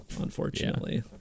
unfortunately